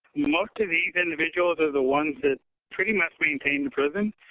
most of these individuals are the ones that pretty much maintain the prison.